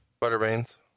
Butterbean's